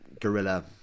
guerrilla